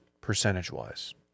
percentage-wise